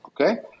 okay